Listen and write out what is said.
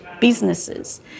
businesses